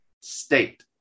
state